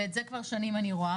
ואת זה כבר שנים אני רואה,